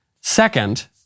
Second